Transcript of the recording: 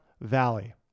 Valley